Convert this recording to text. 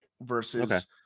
versus